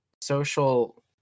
social